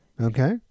Okay